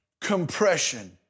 compression